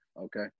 Okay